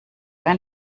ein